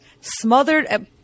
smothered